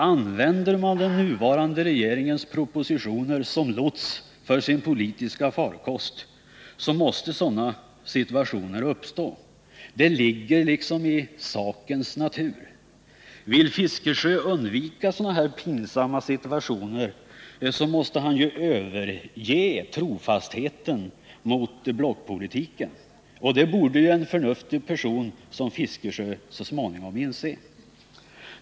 Använder man den nuvarande regeringens propositioner som lots för sin politiska farkost, måste sådana situationer uppstå. Det ligger liksom i sakens natur. Vill herr Fiskesjö undvika sådana pinsamma situationer, måste han ju överge trofastheten mot blockpolitiken. Det borde en förnuftig person som herr Fiskesjö så småningom inse.